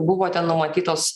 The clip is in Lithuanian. buvo ten numatytos